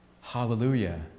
hallelujah